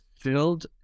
filled